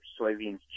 soybeans